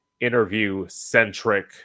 interview-centric